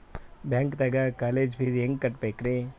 ಬ್ಯಾಂಕ್ದಾಗ college fees ಹೆಂಗ್ ಕಟ್ಟ್ಬೇಕ್ರಿ?